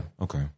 Okay